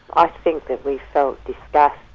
i think that we felt